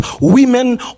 women